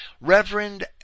Reverend